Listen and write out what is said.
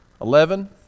Eleven